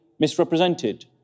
Misrepresented